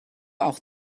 auch